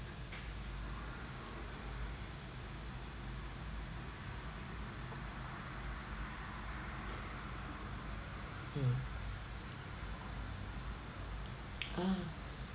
mm oh